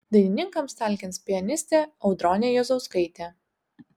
dainininkams talkins pianistė audronė juozauskaitė